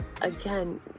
again